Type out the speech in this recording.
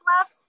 left